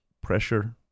pressure